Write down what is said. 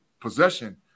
possession